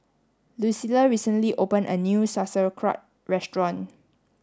Lucile recently opened a new Sauerkraut restaurant